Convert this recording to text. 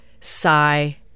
sigh